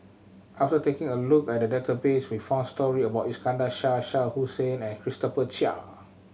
after taking a look at the database we found story about Iskandar Shah Shah Hussain and Christopher Chia